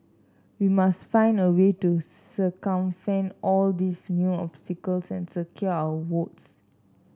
we must find a way to circumvent all these new obstacles and secure our votes